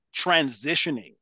transitioning